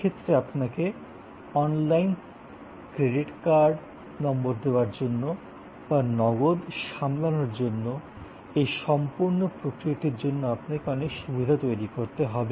সে ক্ষেত্রে আপনাকে অনলাইনে ক্রেডিট কার্ড নম্বর দেওয়ার জন্য বা নগদ সামলানোর জন্য এই সম্পূর্ণ প্রক্রিয়াটির জন্য আপনাকে অনেক সুবিধা তৈরী করতে হবে